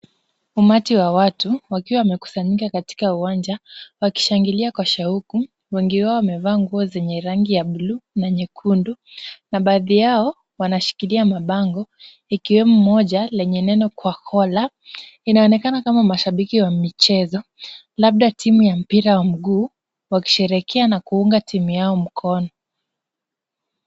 Umati wa watu wakiwa wamekusanyika katika uwanja wakishangilia kwa shauku. Wengi wao wamevaa nguo zenye rangi ya buluu na nyekundu na baadhi yao wanashikilia mabango ikiwemo moja lenye neno kwa kola. Inaonekana kama mashabiki wa michezo, labda timu ya mpira wa mguu wakisheherekea na kuunga timu yao mkono.